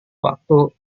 waktu